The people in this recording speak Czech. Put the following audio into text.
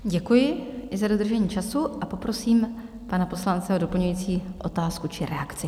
Děkuji i za dodržení času a poprosím pana poslance o doplňující otázku či reakci.